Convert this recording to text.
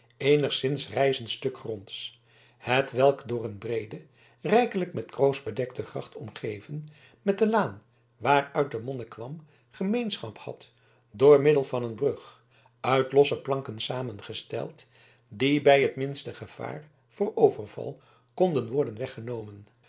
eenigszins rijzend stuk gronds hetwelk door een breede rijkelijk met kroos bedekte gracht omgeven met de laan waaruit de monnik kwam gemeenschap had door middel van een brug uit losse planken samengesteld die bij het minste gevaar voor overval konden worden weggenomen